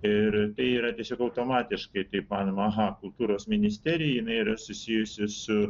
ir tai yra tiesiog automatiškai taip manoma aha kultūros ministerijai jinai yra susijusi su